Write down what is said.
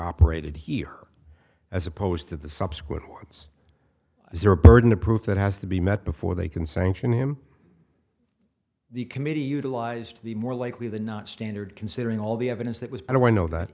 operated here as opposed to the subsequent ones is there a burden of proof that has to be met before they can sanction him the committee utilized the more likely than not standard considering all the evidence that was i don't know